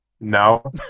no